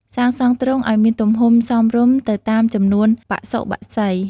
សាងសង់ទ្រុងឲ្យមានទំហំសមរម្យទៅតាមចំនួនបសុបក្សី។